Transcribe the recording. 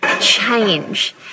change